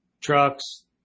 trucks